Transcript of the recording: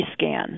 Rescan